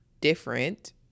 different